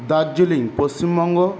Darjeeling Paschimbanga